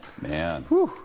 Man